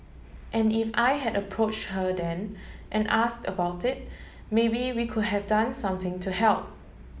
and if I had approached her then and asked about it maybe we could have done something to help